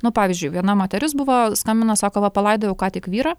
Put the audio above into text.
nu pavyzdžiui viena moteris buvo skambino sako va palaidojau ką tik vyrą